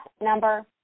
number